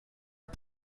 are